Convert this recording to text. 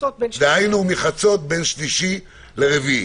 דהיינו מחצות בין שלישי לרביעי.